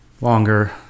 longer